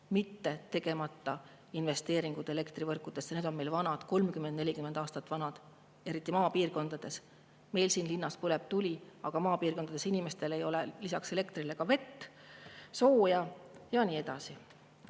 mitte tegemata investeeringud elektrivõrkudesse. Need on meil vanad, 30–40 aastat vanad, eriti maapiirkondades. Meil siin linnas põleb tuli, aga maapiirkondades ei ole inimestel lisaks elektrile vett, sooja ja nii edasi.